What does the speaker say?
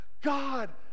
God